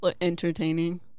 entertaining